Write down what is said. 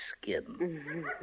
skin